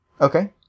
Okay